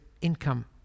income